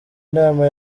nama